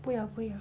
不要不要